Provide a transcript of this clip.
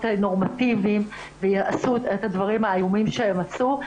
נורמטיביים ועשו את הדברים האיומים שהם עשו.